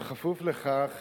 כפוף לכך